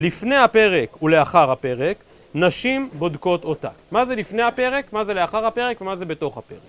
לפני הפרק ולאחר הפרק, נשים בודקות אותה. מה זה לפני הפרק, מה זה לאחר הפרק, ומה זה בתוך הפרק.